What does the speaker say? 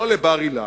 לא לבר-אילן,